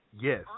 Yes